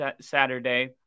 Saturday